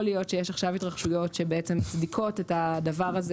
להיות שיש עכשיו התרחשויות שבעצם מצדיקות את הדבר הזה